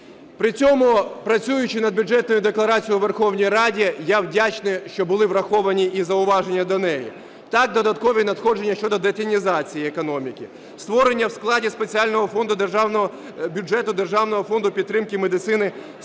При цьому, працюючи над Бюджетною декларацією у Верховній Радій, я вдячний, що були враховані і зауваження до неї. Так, додаткові надходження щодо детінізації економіки, створення в складі спеціального фонду Державного бюджету державного фонду підтримки медицини,